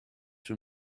from